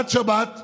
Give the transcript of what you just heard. עד שבת,